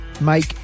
make